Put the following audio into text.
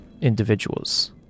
individuals